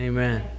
Amen